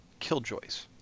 Killjoys